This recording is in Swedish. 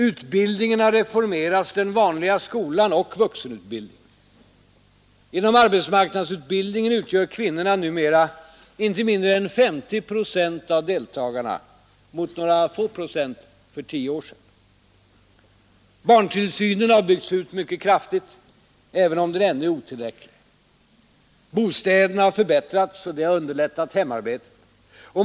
Utbildningen har reformerats, den vanliga skolan och vuxenutbildningen. Inom arbetsmarknadsutbildningen utgör kvinnorna numera inte mindre än 50 procent av deltagarna mot några få procent för tio år sedan. Barntillsynen har byggts ut mycket kraftigt, även om den ännu är otillräcklig. Bostäderna har förbättrats. Det har underlättat hemarbetet.